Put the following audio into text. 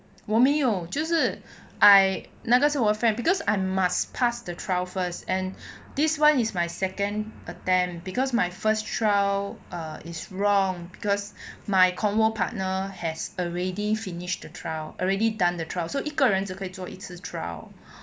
我没有就是 I 那个是我的 friend because I must pass the trial first and this one is my second attempt because my first trial err is wrong because my convo partner has already finished the trial already done the trial so 一个人只可以做一次 trial